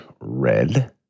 red